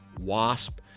Wasp